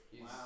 Wow